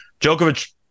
Djokovic